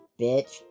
Bitch